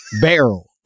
Barrel